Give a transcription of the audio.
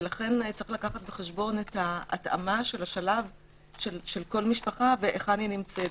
לכן יש לקחת בחשבון את ההתאמה של כל משפחה והיכן היא נמצאת,